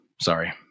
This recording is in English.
Sorry